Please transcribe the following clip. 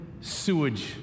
sewage